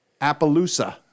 Appaloosa